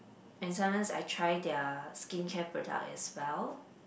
and sometimes I try their skincare product as well